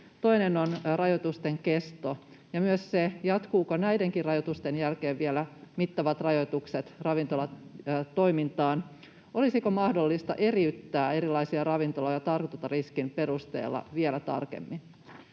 Toinen on rajoitusten kesto ja myös se, jatkuvatko näidenkin rajoitusten jälkeen vielä mittavat rajoitukset ravintolatoiminnassa. Olisiko mahdollista eriyttää erilaisia ravintoloita tartuntariskin perusteella vielä tarkemmin?